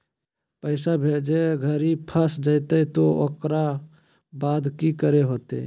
पैसा भेजे घरी फस जयते तो ओकर बाद की करे होते?